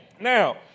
Now